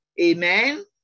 amen